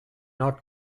not